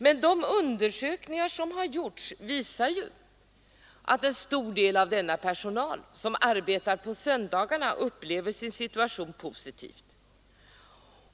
Men de undersökningar som har gjorts visar ju att en stor del av denna personal som arbetar på söndagarna upplever sin situation positivt.